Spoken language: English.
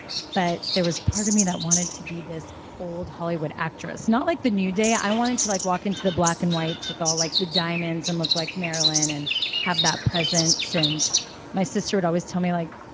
but there was part of me that wanted to be this old hollywood actress, not like the new day. i wanted to like walk into the black and whites with all like the diamonds and look like marilyn and have that presence. and my sister would always tell me like,